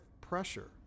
pressure